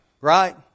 right